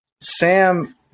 Sam